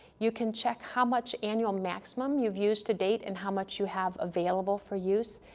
you can check how much annual maximum you've used to date and how much you have available for use,